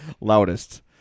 Loudest